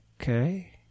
Okay